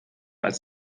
als